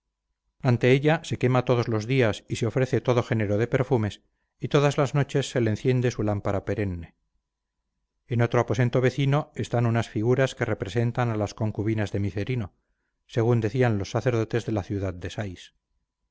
ante ella se quema todos los días y se ofrece todo género de perfumes y todas las noches se le enciende su lámpara perenne en otro aposento vecino están unas figuras que representan a las concubinas de micerino según decían los sacerdotes de la ciudad de sais